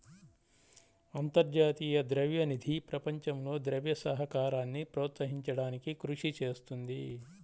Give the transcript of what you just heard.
అంతర్జాతీయ ద్రవ్య నిధి ప్రపంచంలో ద్రవ్య సహకారాన్ని ప్రోత్సహించడానికి కృషి చేస్తుంది